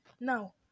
Now